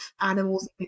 animals